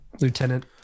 Lieutenant